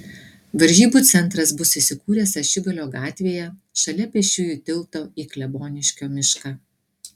varžybų centras bus įsikūręs ašigalio gatvėje šalia pėsčiųjų tilto į kleboniškio mišką